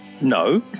No